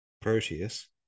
Proteus